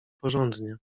porządnie